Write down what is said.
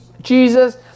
Jesus